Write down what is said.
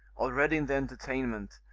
already in the entertainment,